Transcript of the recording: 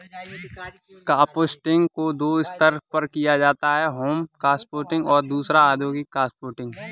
composting को दो स्तर पर किया जाता है होम कंपोस्टिंग और दूसरा औद्योगिक कंपोस्टिंग